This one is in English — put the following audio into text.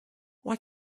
why